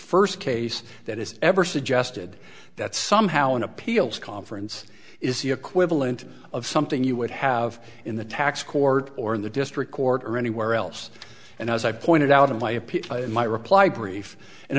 first case that is ever suggested that somehow an appeals conference is the equivalent of something you would have in the tax court or in the district court or anywhere else and as i pointed out in my opinion in my reply brief and